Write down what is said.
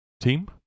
team